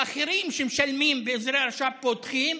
האחרים שמשלמים באזורי הרשות פותחים.